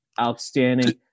outstanding